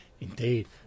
indeed